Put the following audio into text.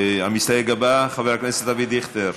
המסתייג הבא, חבר הכנסת אבי דיכטר.